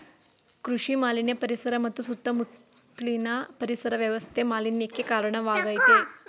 ಕೃಷಿ ಮಾಲಿನ್ಯ ಪರಿಸರ ಮತ್ತು ಸುತ್ತ ಮುತ್ಲಿನ ಪರಿಸರ ವ್ಯವಸ್ಥೆ ಮಾಲಿನ್ಯಕ್ಕೆ ಕಾರ್ಣವಾಗಾಯ್ತೆ